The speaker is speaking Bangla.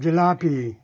জিলাপি